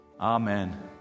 Amen